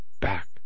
back